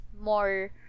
more